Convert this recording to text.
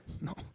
No